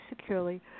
Securely